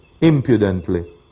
impudently